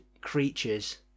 creatures